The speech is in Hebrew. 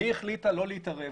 היא החליטה לא להתערב.